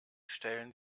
stellen